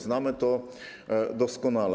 Znamy to doskonale.